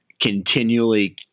continually